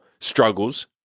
struggles